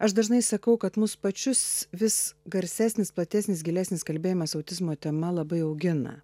aš dažnai sakau kad mus pačius vis garsesnis platesnis gilesnis kalbėjimas autizmo tema labai augina